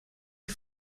est